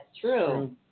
true